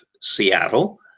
seattle